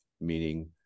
Meaning